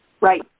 Right